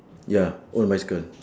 ya own bicycle